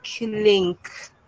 link